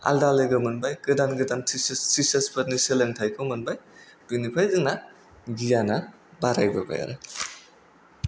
आलदा लोगो मोनबाय गोदान गोदान टिसार टीचारफोरनि सोलोंथाइखौ मोनबाय बिनिफ्राय जोंना गियाना बारायबोबाय आरो